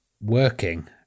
working